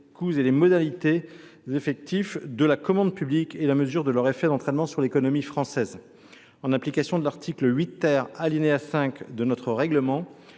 les coûts et les modalités effectifs de la commande publique et la mesure de leur effet d’entraînement sur l’économie française. En application de l’article 8, alinéa 5, de notre règlement,